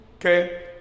Okay